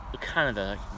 Canada